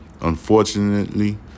Unfortunately